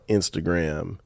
Instagram